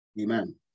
Amen